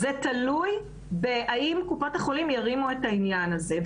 זה תלוי בהאם קופות החולים ירימו את העניין הזה.